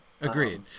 Agreed